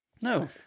No